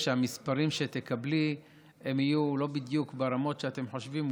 שהמספרים שתקבלי יהיו לא בדיוק ברמות שאתם חושבים,